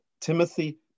Timothy